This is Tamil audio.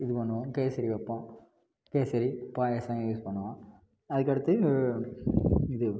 இது பண்ணுவோம் கேசரி வைப்போம் கேசரி பாயாசம் யூஸ் பண்ணுவோம் அதுக்கடுத்து இது